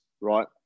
right